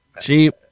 Cheap